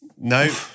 No